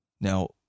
Now